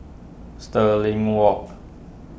Stirling Walk